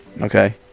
okay